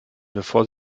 bevor